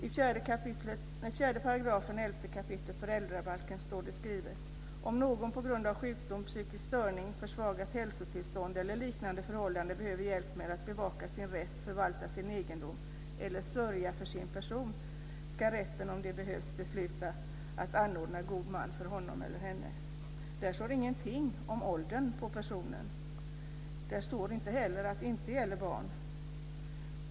I 4 § 11 kap. föräldrabalken står det skrivet: Om någon på grund av sjukdom, psykisk störning, försvagat hälsotillstånd eller liknande förhållande behöver hjälp med att bevaka sin rätt, förvalta sin egendom eller sörja för sin person, ska rätten, om det behövs, besluta att anordna god man för honom eller henne. Där står ingenting om åldern på personen. Det står inte att det inte gäller barn.